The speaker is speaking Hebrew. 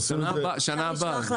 שנה הבאה.